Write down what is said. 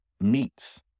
meets